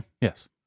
Yes